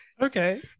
okay